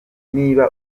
niba